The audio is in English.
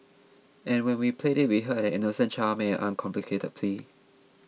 and when we played it we heard an innocent child make an uncomplicated plea